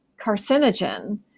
carcinogen